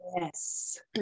yes